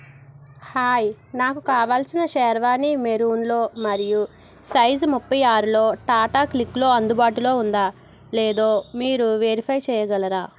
hi నాకు కావలసిన షెర్వానీ మెరూన్లో మరియు సైజ్ ముప్ఫై ఆరులో టాటా క్లిక్లో అందుబాటులో ఉందా లేదో మీరు వెరిఫై చేయగలరా